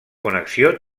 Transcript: connexió